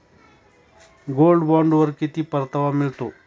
Gold बॉण्डवर किती परतावा मिळतो?